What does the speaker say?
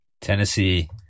Tennessee